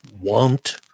want